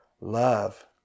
Love